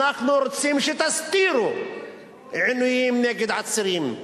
אנחנו רוצים שתסתירו עינויים נגד עצירים.